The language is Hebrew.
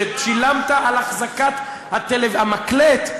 ששילמת על החזקת המקלט,